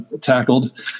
tackled